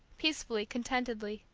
peacefully, contentedly,